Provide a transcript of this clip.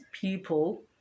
people